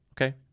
Okay